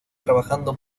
trabajando